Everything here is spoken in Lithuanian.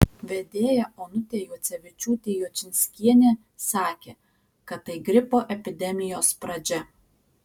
vedėja onutė juocevičiūtė juočinskienė sakė kad tai gripo epidemijos pradžia